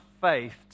faith